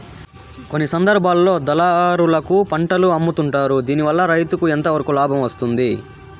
కొన్ని సందర్భాల్లో దళారులకు పంటలు అమ్ముతుంటారు దీనివల్ల రైతుకు ఎంతవరకు లాభం వస్తుంది?